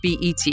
BET